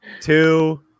two